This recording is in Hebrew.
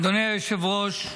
אדוני היושב-ראש,